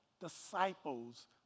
disciples